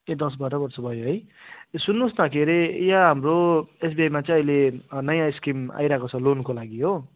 ए दस बाह्र वर्ष भयो है ए सुन्नुहोस् न के अरे यहाँ हाम्रो एसबिआईमा चाहिँ अहिले नयाँ स्किम आइरहेको छ लोनको लागि हो